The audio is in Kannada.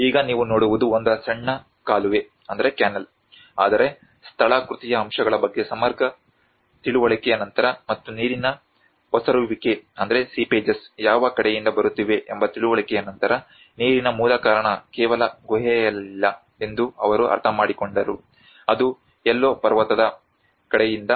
ಈಗ ನೀವು ನೋಡುವುದು ಒಂದು ಸಣ್ಣ ಕಾಲುವೆ ಆದರೆ ಸ್ಥಳಾಕೃತಿಯ ಅಂಶಗಳ ಬಗ್ಗೆ ಸಮಗ್ರ ತಿಳುವಳಿಕೆಯ ನಂತರ ಮತ್ತು ನೀರಿನ ಒಸರುವಿಕೆ ಯಾವ ಕಡೆಯಿಂದ ಬರುತ್ತಿವೆ ಎಂಬ ತಿಳುವಳಿಕೆಯ ನಂತರ ನೀರಿನ ಮೂಲ ಕಾರಣ ಕೇವಲ ಗುಹೆಯಲ್ಲಿಲ್ಲ ಎಂದು ಅವರು ಅರ್ಥಮಾಡಿಕೊಂಡರು ಅದು ಎಲ್ಲೋ ಪರ್ವತದ ಕಡೆಯಿಂದ